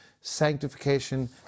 Sanctification